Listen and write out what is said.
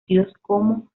championship